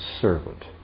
servant